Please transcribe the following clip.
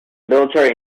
military